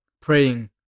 praying